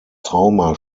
trauma